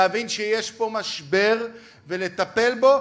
להבין שיש פה משבר ולטפל בו,